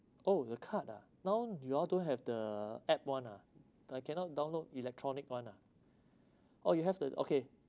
oh the card ah now you all don't have the app [one] ah I cannot download electronic one ah oh you have the okay